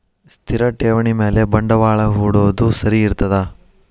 ಸ್ಥಿರ ಠೇವಣಿ ಮ್ಯಾಲೆ ಬಂಡವಾಳಾ ಹೂಡೋದು ಸರಿ ಇರ್ತದಾ?